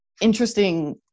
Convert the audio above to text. interesting